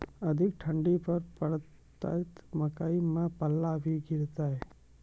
अधिक ठंड पर पड़तैत मकई मां पल्ला भी गिरते?